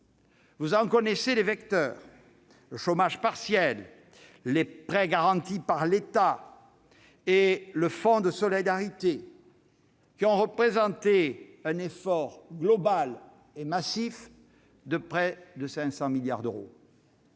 Vous en connaissez les vecteurs : le chômage partiel, les prêts garantis par l'État et le fonds de solidarité, qui ont représenté un effort global et massif de près de 500 milliards d'euros.